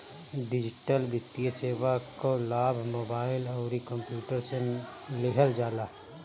digital वित्तीय सेवा कअ लाभ मोबाइल अउरी कंप्यूटर से लिहल जाला